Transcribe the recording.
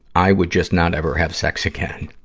i would just not ever have sex again.